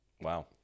Wow